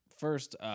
First